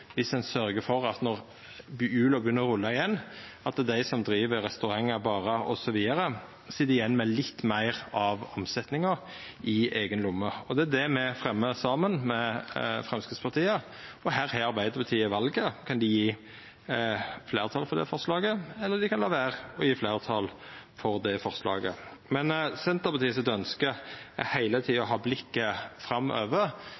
ein sørgjer for – når hjula begynner å rulla igjen – at dei som driv restaurantar, barar osv., sit igjen med litt meir av omsetninga i eiga lomme. Det er det me fremjar, saman med Framstegspartiet, og her har Arbeidarpartiet valet: Dei kan gje fleirtal for det forslaget, eller dei kan la vera å gje fleirtal for det forslaget. Ønsket til Senterpartiet er heile tida å ha blikket retta framover.